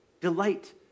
Delight